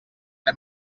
era